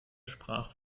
sprach